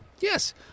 Yes